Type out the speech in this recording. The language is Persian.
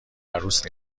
عروس